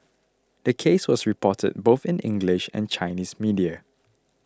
the case was reported both in the English and Chinese media